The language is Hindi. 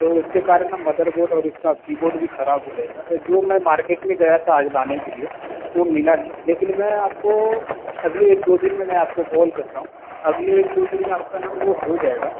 तो उसके कारण ना मदरबोर्ड और इसका कीबोर्ड भी ख़राब हो गया था जो मैं मार्केट में गया था आज लाने के लिए तो वो मिला नहीं लेकिन मैं आपको अगले एक दो दिन में मैं आपको कॉल करता हूँ अगले एक दो दिन में आपका ना वो हो जाएगा